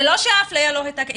זה לא שהאפליה לא הייתה קיימת.